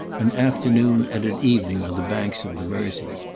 an afternoon and an evening on the banks of the mersey,